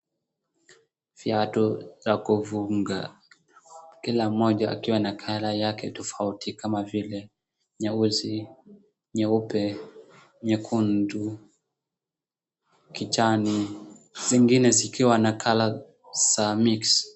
Viatu za kufunga kila moja akiwa na colour yake tofauti kama vile nyeusi, nyeupe, nyekundu, kijani zingine zikiwa na colour za mix .